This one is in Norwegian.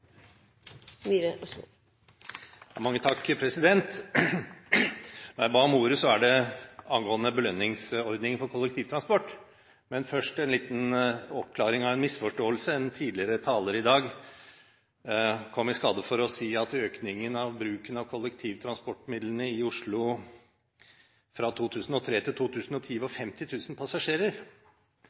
Jeg ba om ordet angående belønningsordningen for kollektivtransport, men først en liten oppklaring av en misforståelse: En tidligere taler i dag kom i skade for å si at økningen av bruken av kollektivtransportmidlene i Oslo fra 2003 til 2010, var på 50 000 passasjerer.